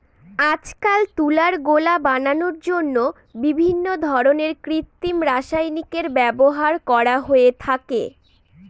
আজকাল তুলার গোলা বানানোর জন্য বিভিন্ন ধরনের কৃত্রিম রাসায়নিকের ব্যবহার করা হয়ে থাকে